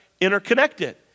interconnected